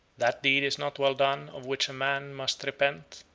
that deed is not well done of which a man must repent,